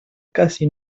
casi